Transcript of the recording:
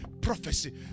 Prophecy